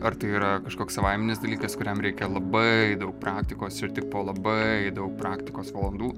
ar tai yra kažkoks savaiminis dalykas kuriam reikia labai daug praktikos ir tik po labai daug praktikos valandų